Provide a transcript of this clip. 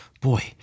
Boy